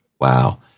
wow